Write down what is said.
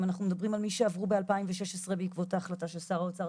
אם אנחנו מדברים על מי שעברו ב-2016 בעקבות ההחלטה של שר האוצר,